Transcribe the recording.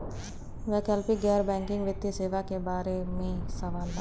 वैकल्पिक गैर बैकिंग वित्तीय सेवा के बार में सवाल?